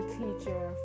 teacher